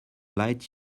light